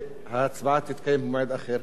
שההצבעה תתקיים במועד אחר.